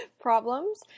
problems